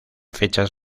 fechas